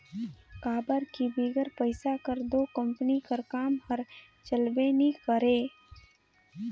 काबर कि बिगर पइसा कर दो कंपनी कर काम हर चलबे नी करे